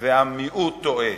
והמיעוט טועה.